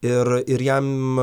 ir ir jam